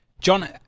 John